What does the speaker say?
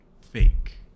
fake